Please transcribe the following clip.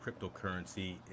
cryptocurrency